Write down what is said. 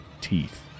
teeth